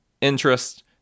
interest